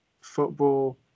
football